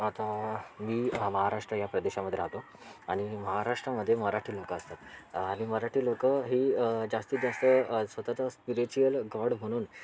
आता मी महाराष्ट्र या प्रदेशामध्ये राहतो आणि महाराष्ट्रामध्ये मराठी लोकं असतात आणि मराठी लोकं ही जास्तीत जास्त स्वतःच स्पिरिच्युअल गॉड म्हणून